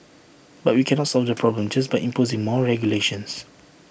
but we cannot solve this problem just by imposing more regulations